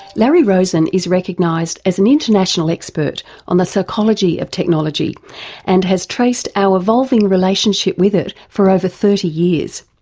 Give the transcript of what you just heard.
larry rosen is recognised as an international expert on the psychology of technology and has traced our evolving relationship with it for over thirty years.